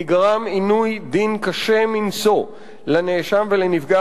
נגרם עינוי דין קשה מנשוא לנאשם ולנפגע